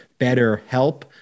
BetterHelp